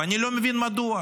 אני לא מבין מדוע.